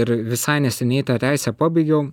ir visai neseniai tą teisę pabaigiau